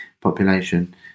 population